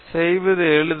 செய்வது எளிதல்ல